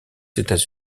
états